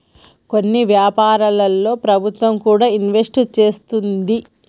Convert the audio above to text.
కొన్ని వ్యాపారాల్లో ప్రభుత్వం కూడా ఇన్వెస్ట్ చేస్తుంది